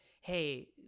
hey